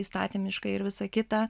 įstatymiškai ir visa kita